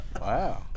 Wow